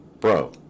Bro